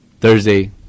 Thursday